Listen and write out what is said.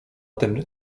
tem